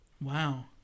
Wow